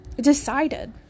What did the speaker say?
decided